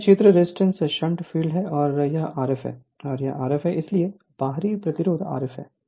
यह क्षेत्र resistance shunt field है यह Rf है और यह Rf है इसलिए बाहरी प्रतिरोध Rf है